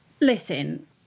listen